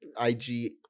IG